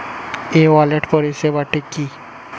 ই wallet পরিষেবাটি কি?